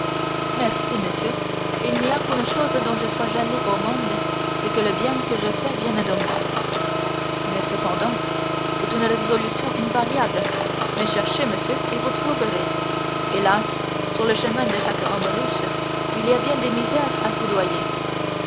merci monsieur il n'y a qu'une seule chose dont je sois jaloux au monde c'est que le bien que je fais vienne de moi mais cependant c'est une résolution invariable mais cherchez monsieur et vous trouverez hélas sur le chemin de chaque homme riche il y a bien des misères à coudoyer